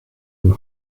and